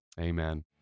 amen